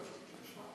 בוא נשמע.